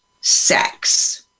sex